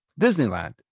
Disneyland